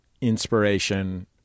inspiration